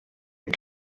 ein